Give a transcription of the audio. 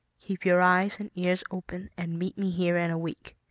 keep your eyes and ears open and meet me here in a week.